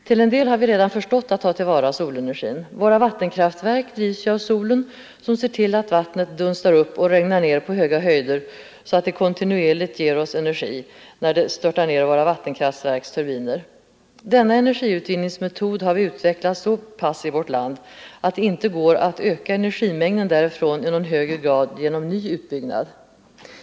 Till en del har vi redan förstått att ta till vara solenergin. Våra vattenkraftverk drivs ju av solen, som ser till att vattnet dunstar upp och regnar ned på höga höjder, så att det kontinuerligt ger oss energi när det störtar ned i våra vattenkraftverks turbiner. Denna energiutvinnings metod har vi utvecklat så pass i vårt land att det inte går att öka energimängden därifrån i någon högre grad genom nyutbyggnad.